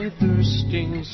thirsting